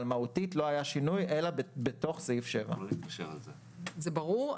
אבל מהותית לא היה שינוי אלא בתוך סעיף 7. זה ברור?